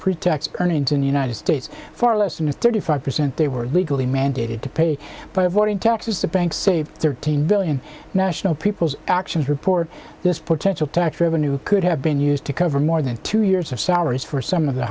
pretax earnings in the united states far less than the thirty five percent they were legally mandated to pay but avoiding taxes the banks say thirteen billion national people's actions report this potential tax revenue could have been used to cover more than two years of salaries for some of the